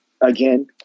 again